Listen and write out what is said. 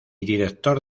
director